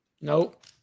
nope